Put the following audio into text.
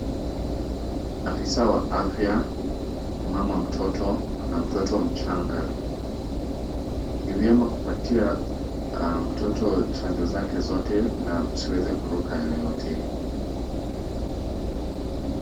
Afisa wa afya, mama mtoto na mtoto mchanga. Ni vyema kupatia mtoto chanjo zake zote na usiweze kuruka yoyote.